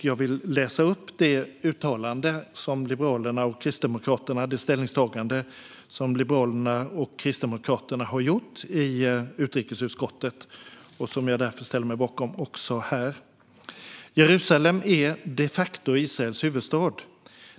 Jag vill läsa upp det ställningstagande som Liberalerna och Kristdemokraterna har gjort i utrikesutskottet och som jag ställer mig bakom även här: Jerusalem är de facto Israels huvudstad.